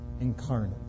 incarnate